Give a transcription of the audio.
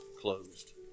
closed